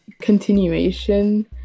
continuation